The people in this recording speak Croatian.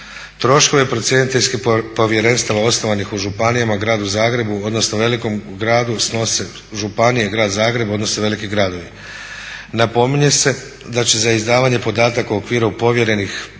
Troškove procjeniteljskih povjerenstava osnovanih u županijama, gradu Zagrebu, odnosno velikom gradu snose županije, grad Zagreb, odnosno veliki gradovi. Napominje se da će za izdavanje podataka u okviru povjerenih